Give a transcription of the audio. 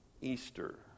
Easter